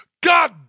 God